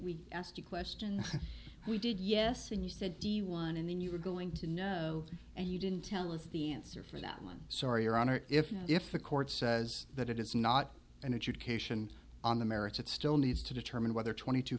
we asked a question we did yes when you said d one and then you were going to know and you didn't tell us the answer for that one sorry your honor if the court says that it is not an adjudication on the merits it still needs to determine whether twenty two